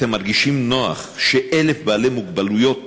אתם מרגישים נוח ש-1,000 בעלי מוגבלויות